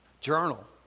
Journal